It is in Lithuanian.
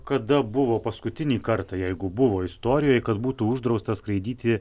kada buvo paskutinį kartą jeigu buvo istorijoje kad būtų uždrausta skraidyti